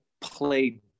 play